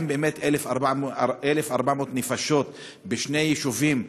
האם באמת 1,400 נפשות בשני יישובים,